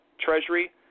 Treasury